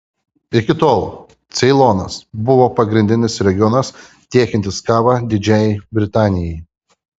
iki tol ceilonas buvo pagrindinis regionas tiekiantis kavą didžiajai britanijai